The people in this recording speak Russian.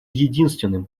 единственным